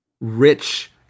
rich